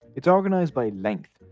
it's organised by length,